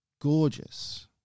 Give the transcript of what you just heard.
gorgeous